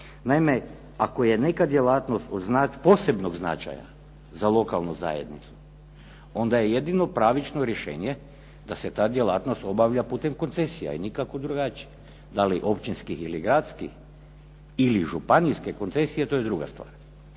Naime, ako je neka djelatnost od posebnog značaja za lokalnu zajednicu, onda je jedino pravično rješenje da se ta djelatnost obavlja putem koncesija i nikako drugačije. Da li općinskih ili gradskih ili županijske koncesije to je druga stvar.